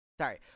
Sorry